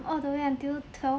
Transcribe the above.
all the way until twelve